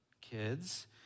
kids